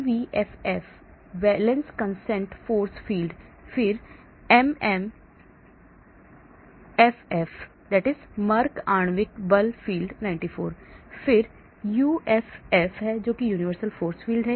CVFF valence consistent force field फिर MMFF Merck आणविक बल फील्ड 94 फिर यूएफएफ यूनिवर्सल फोर्स फील्ड